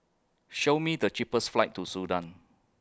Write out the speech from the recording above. Show Me The cheapest flights to Sudan